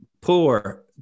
poor